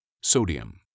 Sodium